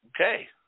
Okay